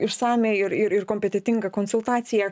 išsamią ir ir ir kompetentingą konsultaciją